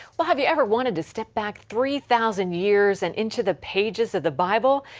but have you ever wanted to step back three thousand years and into the pages of the bible?